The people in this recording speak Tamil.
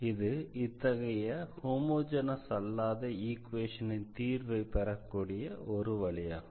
இது இத்தகைய ஹோமோஜெனஸ் அல்லாத ஈக்வேஷனின் தீர்வை பெறக்கூடிய ஒரு வழியாகும்